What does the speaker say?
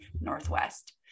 Northwest